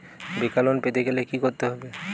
বেকার লোন পেতে গেলে কি করতে হবে?